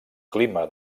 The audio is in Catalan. clima